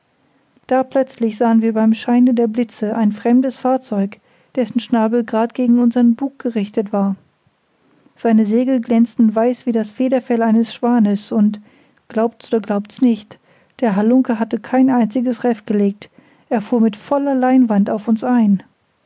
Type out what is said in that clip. da plötzlich sahen wir beim scheine der blitze ein fremdes fahrzeug dessen schnabel grad gegen unsern bug gerichtet war seine segel glänzten weiß wie das federfell eines schwanes und glaubt's oder glaubt's nicht der halunke hatte kein einziges reff gelegt er fuhr mit voller leinwand auf uns ein